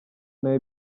nawe